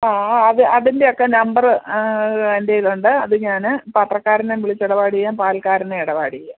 ഓ ഒ അത് അതിൻ്റെയൊക്കെ നമ്പറ് എൻ്റെയിലുണ്ട് അത് ഞാൻ പത്രക്കാരനെയും വിളിച്ച് ഇടപാട് ചെയ്യാം പാൽക്കാരനെയും ഇടപാട് ചെയ്യാം